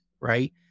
right